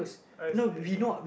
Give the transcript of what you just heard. I see I see